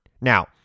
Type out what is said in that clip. Now